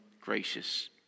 gracious